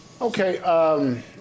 Okay